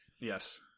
Yes